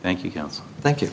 thank you thank you